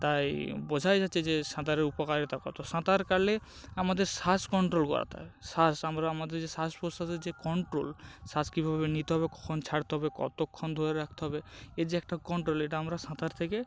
তাই বোঝাই যাচ্ছে যে সাঁতারের উপকারিতা কতো সাঁতার কাটলে আমাদের শ্বাস কন্ট্রোল করাতে হয় শ্বাস আমরা আমদের যে শ্বাস প্রশ্বাসের যে কন্ট্রোল শ্বাস কীভাবে নিতে হবে কখন ছাড়তে হবে কতক্ষণ ধরে রাখতে হবে এর যে একটা কন্ট্রোল এটা আমরা সাঁতার থেকে